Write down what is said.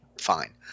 fine